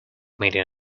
meeting